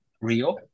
rio